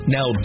Now